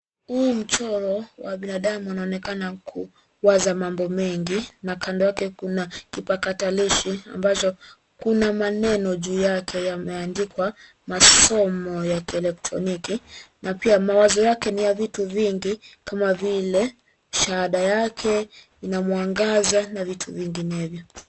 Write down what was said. Huu mchoro wa binadamu anaonekana kuwaza mambo mengi na kando yake kuna kipakatalishi ambacho kuna maneno juu yake yameandikwa masomo ya kielektroniki na pia mawazo yake ni ya vitu vingi kama vile shahada yake ina mwangaza na vitu vinginevyo.